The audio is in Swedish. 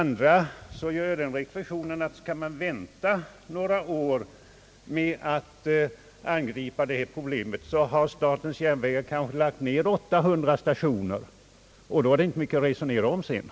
Vidare gör jag den reflexionen att, om man väntar några år med att angripa problemen, så har statens järnvägar då troligen lagt ned 800 stationer, och då är det inte mycket mer att resonera om sedan.